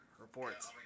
reports